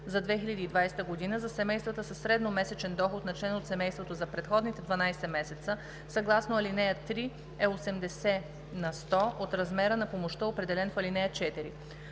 за 2020 г. за семействата със средномесечен доход на член от семейството за предходните 12 месеца съгласно ал. 3 е 80 на сто от размера на помощта, определен в ал. 4.